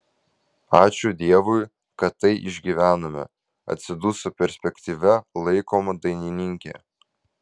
ačiū dievui kad tai išgyvenome atsiduso perspektyvia laikoma dainininkė